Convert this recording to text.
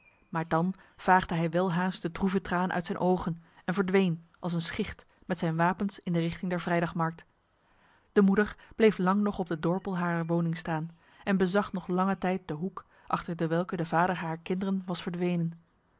maar dan vaagde hij welhaast de droeve traan uit zijn ogen en verdween als een schicht met zijn wapens in de richting der vrijdagmarkt de moeder bleef lang nog op de dorpel harer woning staan en bezag nog lange tijd de hoek achter dewelke de vader harer kinderen was verdwenen